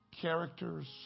characters